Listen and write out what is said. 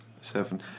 Seven